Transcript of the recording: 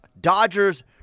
Dodgers